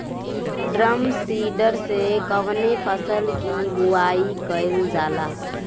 Drum seeder से कवने फसल कि बुआई कयील जाला?